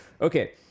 okay